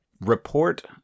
report